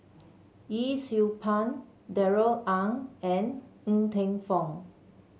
Yee Siew Pun Darrell Ang and Ng Teng Fong